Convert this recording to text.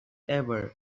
ever